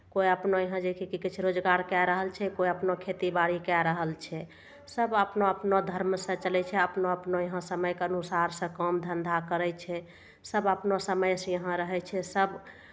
कोइ अपना यहाँ जे की कहै छै रोजगार कए रहल छै कोइ अपना खेती बारी कए रहल छै सभ अपना अपना धर्मसँ चलै छै अपना अपना यहाँ समयके अनुसारसँ काम धन्धा करै छै सभ अपना अपना समयसँ यहाँ रहै छै सभ